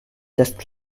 just